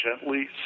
gently